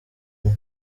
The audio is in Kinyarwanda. umwe